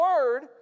word